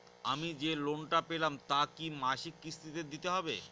আমি যে লোন টা পেলাম তা কি মাসিক কিস্তি তে দিতে হবে?